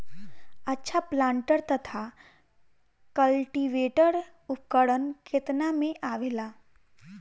अच्छा प्लांटर तथा क्लटीवेटर उपकरण केतना में आवेला?